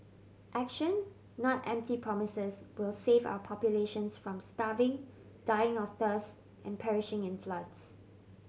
action not empty promises will save our populations from starving dying of thirst and perishing in floods